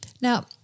Now